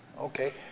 okay,